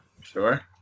Sure